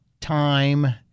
time